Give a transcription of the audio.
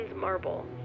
Marble